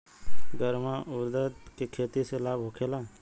गर्मा उरद के खेती से लाभ होखे ला?